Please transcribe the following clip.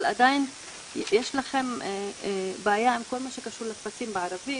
אבל עדיין יש לכם בעיה עם כל מה שקשור לטפסים בערבית.